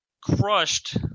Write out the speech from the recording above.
crushed